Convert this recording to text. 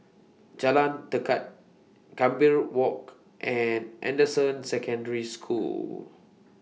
Jalan Tekad Gambir Walk and Anderson Secondary School